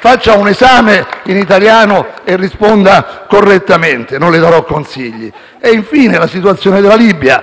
Faccia un esame in italiano e risponda correttamente, non le darò consigli. Infine, per quanto riguarda la situazione della Libia,